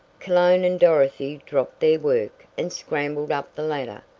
cologne and dorothy dropped their work and scrambled up the ladder.